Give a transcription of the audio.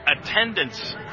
attendance